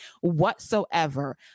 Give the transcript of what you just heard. whatsoever